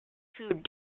food